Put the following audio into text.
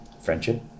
friendship